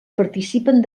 participen